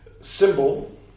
symbol